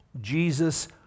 jesus